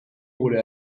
gure